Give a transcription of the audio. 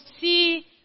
see